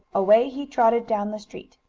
away he trotted down the street.